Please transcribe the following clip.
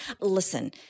listen